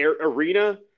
arena